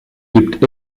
gibt